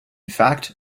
fact